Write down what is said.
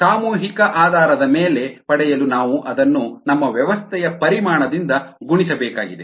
ಸಾಮೂಹಿಕ ಆಧಾರದ ಮೇಲೆ ಪಡೆಯಲು ನಾವು ಅದನ್ನು ನಮ್ಮ ವ್ಯವಸ್ಥೆಯ ಪರಿಮಾಣದಿಂದ ಗುಣಿಸಬೇಕಾಗಿದೆ